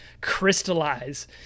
crystallize